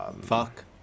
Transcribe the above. Fuck